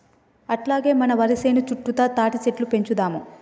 అట్లాగే మన వరి సేను సుట్టుతా తాటిసెట్లు పెంచుదాము